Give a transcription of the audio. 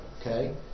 Okay